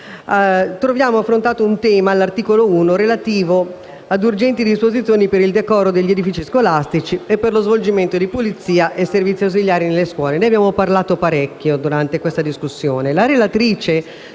troviamo affrontato un tema, all'articolo l, relativo a urgenti disposizioni per il decoro degli edifici scolastici e per lo svolgimento di pulizia e servizi ausiliari nelle scuole. Durante questa discussione